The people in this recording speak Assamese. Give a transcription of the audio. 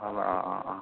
অ অ অ অ